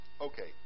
Okay